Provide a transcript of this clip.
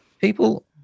people